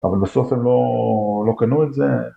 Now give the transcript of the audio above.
אבל בסוף הם לא קנו את זה